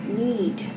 need